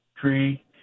tree